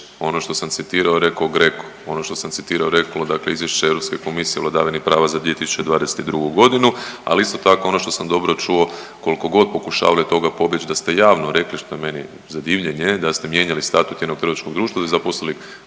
Ono što sam citirao je rekao GRECO, ono što sam citirao je reklo, dakle izvješće Europske komisije o vladavini prava za 2022. godinu. Ali isto tako ono što sam dobro čuo koliko god pokušavali od toga pobjeći da ste javno rekli što je meni za divljenje, da ste mijenjali statut jednog trgovačkog društva da bi zaposlili